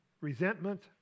resentment